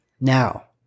Now